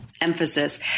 emphasis